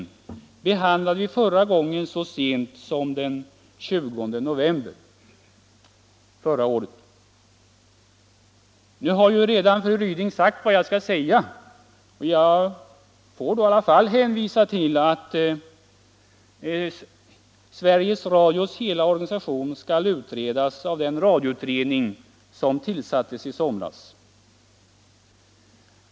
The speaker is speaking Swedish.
Detta behandlade vi så sent som den 20 november förra året. Nu har ju fru Ryding redan sagt vad jag skulle säga, men jag får då i alla fall hänvisa till att Sveriges Radios hela organisation skall utredas av den radioutredning som tillsattes i somras.